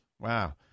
Wow